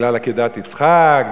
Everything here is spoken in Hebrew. בגלל עקדת יצחק?